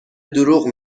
دروغ